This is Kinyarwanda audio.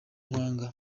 kwanga